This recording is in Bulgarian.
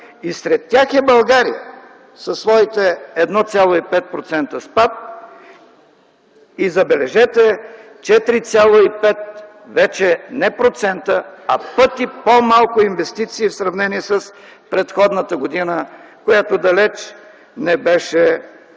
- сред тях е България със своите 1,5% спад и, забележете, 4,5 вече не процента, а пъти по-малко инвестиции в сравнение с предходната година, която далеч не беше от